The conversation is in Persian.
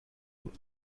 بود